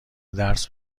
درس